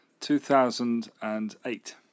2008